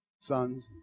sons